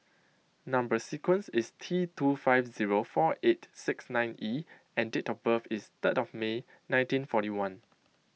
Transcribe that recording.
Number Sequence is T two five zero four eight six nine E and date of birth is third of May nineteen forty one